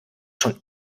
schon